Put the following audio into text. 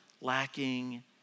lacking